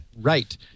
Right